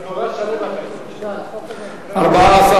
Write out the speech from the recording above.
ואכיפה), התשע"א 2011, נתקבל.